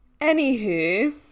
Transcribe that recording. anywho